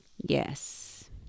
Yes